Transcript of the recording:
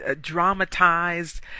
dramatized